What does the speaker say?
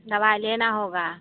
दवा लेना होगा